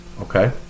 Okay